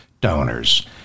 donors